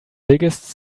biggest